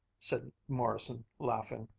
said morrison, laughing.